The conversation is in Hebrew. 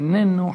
איננו,